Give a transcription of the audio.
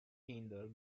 hinder